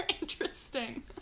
interesting